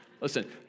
Listen